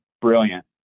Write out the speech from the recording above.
brilliant